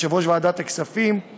יושב-ראש ועדת הכספים,